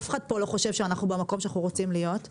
אף אחד פה לא חושב שאנחנו במקום שאנחנו רוצים להיות.